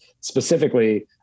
specifically